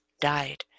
died